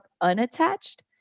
unattached